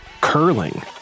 curling